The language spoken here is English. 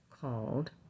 called